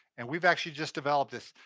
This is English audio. and we've actually just developed this.